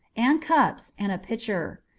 and cups, and a pitcher.